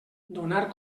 donar